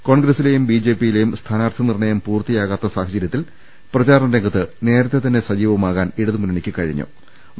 കോൺഗ്രസിലെയും ബി ജെ പിയിലെയും സ്ഥാനാർത്ഥി നിർണ്ണയം പൂർത്തിയാകാത്ത സാഹചര്യത്തിൽ പ്രചാരണ രംഗത്ത് നേരത്തെതന്നെ സജീവമാകാൻ ഇടതുമുന്നണിക്ക് കഴിഞ്ഞിട്ടുണ്ട്